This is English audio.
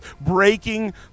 breaking